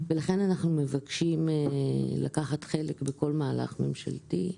ולכן אנחנו מבקשים לקחת חלק בכל מהלך ממשלתי,